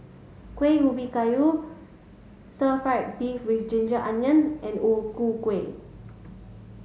Kueh Ubi Kayu stir fried beef with ginger onion and O Ku Kueh